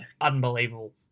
unbelievable